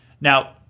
Now